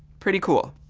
pretty cool.